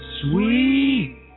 Sweet